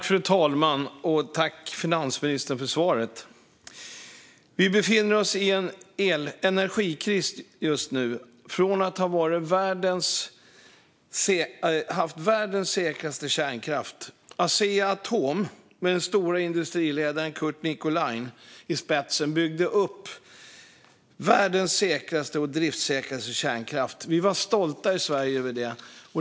Fru talman! Tack, finansministern, för svaret! Vi befinner oss i en energikris just nu, men tidigare hade vi världens säkraste kärnkraft. Asea Atom, med den store industriledaren Curt Nicolin i spetsen, byggde upp världens säkraste och driftsäkraste kärnkraft. Det var vi stolta över i Sverige.